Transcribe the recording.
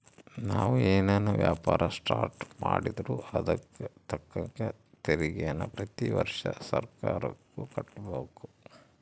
ನಾವು ಏನನ ವ್ಯಾಪಾರ ಸ್ಟಾರ್ಟ್ ಮಾಡಿದ್ರೂ ಅದುಕ್ ತಕ್ಕಂಗ ತೆರಿಗೇನ ಪ್ರತಿ ವರ್ಷ ಸರ್ಕಾರುಕ್ಕ ಕಟ್ಟುಬಕು